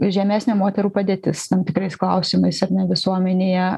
žemesnė moterų padėtis tam tikrais klausimais ar ne visuomenėje